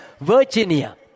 Virginia